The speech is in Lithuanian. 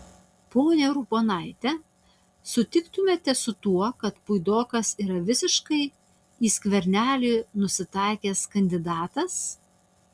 ponia urbonaite sutiktumėte su tuo kad puidokas yra visiškai į skvernelį nusitaikęs kandidatas